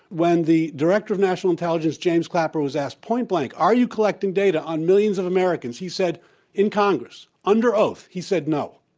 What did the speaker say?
when the director of national intelligence, james clapper, was asked pointblank, are you collecting data on millions of americans? he said in congress, under oath, he said, no.